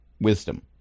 wisdom